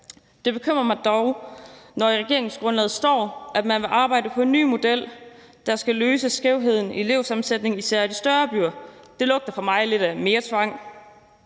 Det bekymrer mig dog, når der i regeringsgrundlaget står, at man vil arbejde på en ny model, der skal løse skævheden i elevsammensætningen i især de større byer. Det lugter for mig lidt af mere tvang.